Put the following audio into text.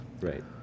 Right